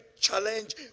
challenge